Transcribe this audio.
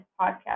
podcast